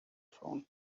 phone